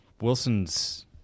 Wilson's